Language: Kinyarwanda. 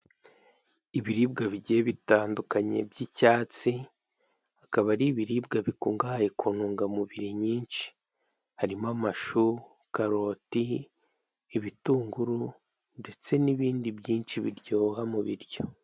Ibiribwa bigiye bitandukanye by'icyatsi, akaba ari ibiribwa bikungahaye ku ntungamubiri nyinshi, harimo amashu karoti ibitunguru ndetse n'ibindi byinshi biryoha mu biryo.